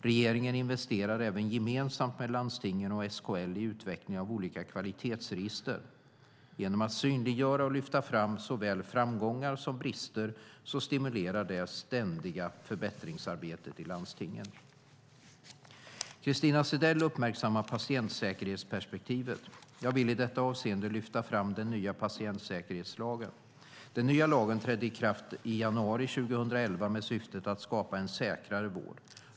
Regeringen investerar även gemensamt med landstingen och SKL i utveckling av olika kvalitetsregister. Genom att synliggöra och lyfta fram såväl framgångar som brister stimulerar man det ständiga förbättringsarbetet i landstingen. Christina Zedell uppmärksammar patientsäkerhetsperspektivet. Jag vill i detta avseende lyfta fram den nya patientsäkerhetslagen . Den nya lagen trädde i kraft i januari 2011 med syftet att skapa en säkrare vård.